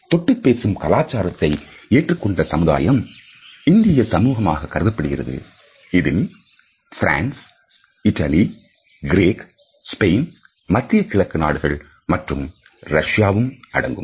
தொட்டுப் பேசும் கலாச்சாரத்தை ஏற்றுக்கொண்ட சமுதாயம் இந்திய சமூகமாக கருதப்படுகிறது இதில் பிரென்ச் இத்தாலி கிரேக்கம் ஸ்பெயின் மத்திய கிழக்கு நாடுகள் மற்றும் ரஷ்யாவும் அடங்கும்